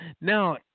Now